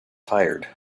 tired